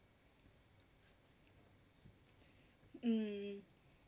um